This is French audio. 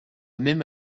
même